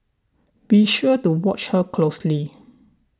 be sure to watch her closely